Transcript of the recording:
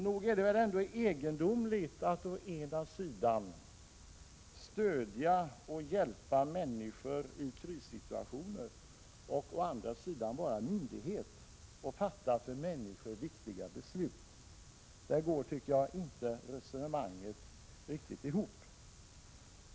Nog är det ändå egendomligt att å ena sidan stödja och hjälpa människor i krissituationer och å andra sidan vara en myndighet och fatta för människor viktiga beslut. Där går resonemanget inte riktigt ihop.